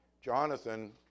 Jonathan